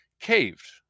caved